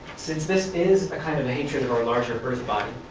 since this is a kind of hatred of our larger earth-body,